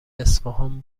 اصفهان